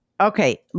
Okay